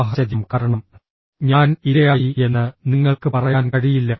സാഹചര്യം കാരണം ഞാൻ ഇരയായി എന്ന് നിങ്ങൾക്ക് പറയാൻ കഴിയില്ല